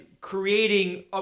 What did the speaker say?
creating